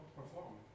perform